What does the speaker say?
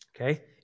Okay